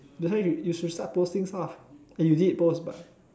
that's why you you should start posting stuff and you did post but